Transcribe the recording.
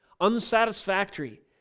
Unsatisfactory